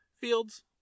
Fields